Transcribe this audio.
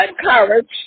courage